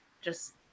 just-